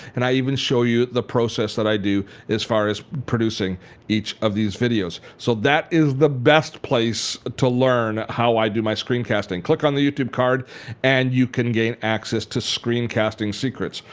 and i even show you the process that i do as far as producing each of these videos. so that is the best place to learn how i do my screencasting. click on the youtube card and you can gain access to screencasting secrets.